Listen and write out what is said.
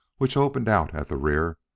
which opened out at the rear,